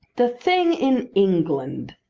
the thing in england,